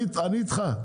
אני איתך,